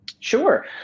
Sure